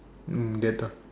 mm Dettol